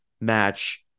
match